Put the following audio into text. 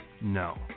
No